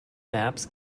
maps